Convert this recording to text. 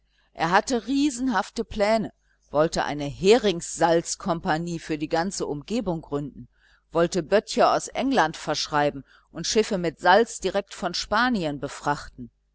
er hatte riesenhafte pläne wollte eine heringssalzkompanie für die ganze umgegend gründen wollte böttcher aus england verschreiben und schiffe mit salz direkt von spanien befrachten